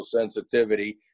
sensitivity